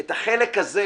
את החלק הזה,